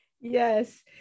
yes